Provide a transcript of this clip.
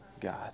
God